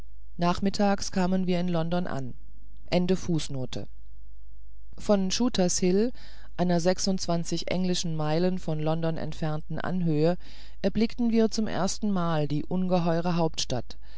london an einer sechsundzwanzig englische meilen von london entfernten anhöhe erblickten wir zum ersten male die ungeheure hauptstadt